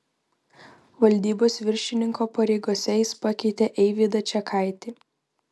valdybos viršininko pareigose jis pakeitė eivydą čekaitį